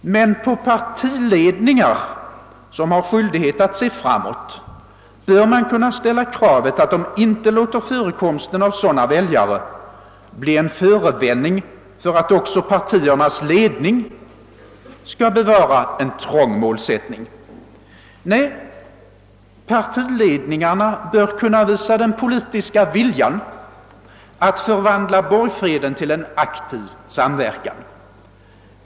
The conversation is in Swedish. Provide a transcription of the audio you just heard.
Men på partiledningar som har skyldighet att se framåt bör man kunna ställa kravet, att de inte låter förekomsten av sådana väljare bli en förevändning för att också partiernas ledning skall bevara en trång målsättning. Nej, partiledningarna bör kunna visa den politiska viljan att förvandla borgfreden till en aktiv samverkan.